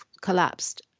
collapsed